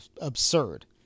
absurd